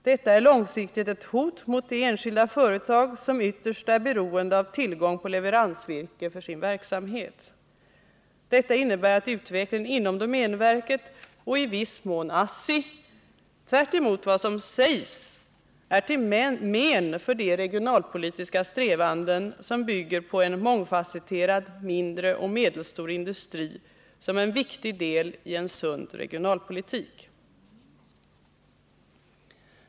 Detta är långsiktigt ett hot mot de enskilda företag som ytterst är beroende av tillgång på leveransvirke för sin verksamhet. Detta innebär att utvecklingen inom domänverket och i viss mån ASSI tvärtemot vad som sägs är till men för de regionalpolitiska strävanden som bygger på en mångfasetterad mindre och medelstor industri som en viktig del i en sund regionalpolitik.